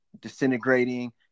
disintegrating